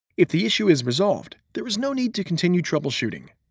if the issue is resolved, there is no need to continue troubleshooting.